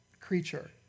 creature